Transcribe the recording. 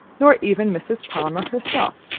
nor even mrs. palmer herself,